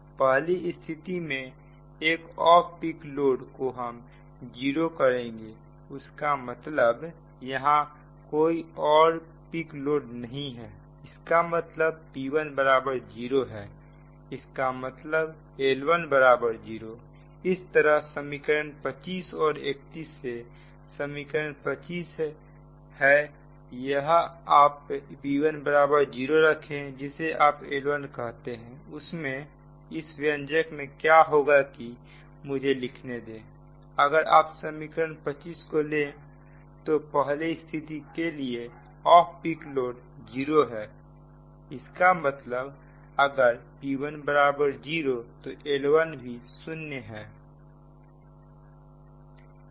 पहली स्थिति में एक ऑफ पीक लोड को हम जीरो करेंगे इसका मतलब यहां कोई और पिक लोड नहीं है इसका मतलब P10 है इसका मतलब L10 इस तरह समीकरण 25 और 31 से समीकरण 25 है यहां आप P10 रखें जिसे आप L1 कहते हैं उसमें इस व्यंजक में क्या होगा कि मुझे लिखने दे अगर आप समीकरण 25 को ले तो पहली स्थिति के लिए ऑफ पीक लोड 0 हैं इसका मतलब अगर P10 तो L1 भी शून्य है